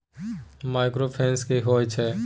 Microfinance की होय छै?